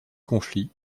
conflit